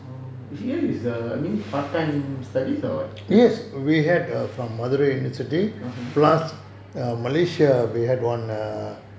here is err I mean part time studies or [what] (uh huh)